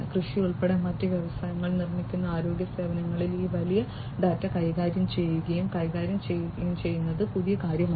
കൃഷി ഉൾപ്പെടെയുള്ള മറ്റ് വ്യവസായങ്ങൾ നിർമ്മിക്കുന്ന ആരോഗ്യ സേവനങ്ങളിലെ ഈ വലിയ ഡാറ്റ കൈകാര്യം ചെയ്യുകയും കൈകാര്യം ചെയ്യുകയും ചെയ്യുന്നത് പുതിയ കാര്യമല്ല